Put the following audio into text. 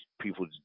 people